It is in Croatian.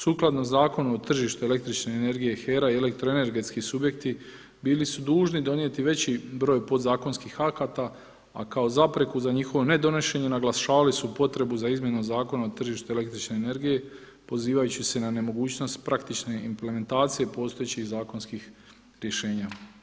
Sukladno Zakonu o tržištu električne energije HERA i elektroenergetski subjekti bili su dužni donijeti veći broj podzakonskih akata a kao zapreku za njihovo nedonošenje naglašavali su potrebu za Izmjenom zakona o tržištu električne energije pozivajući se na nemogućnost praktične implementacije postojećih zakonskih rješenja.